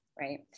right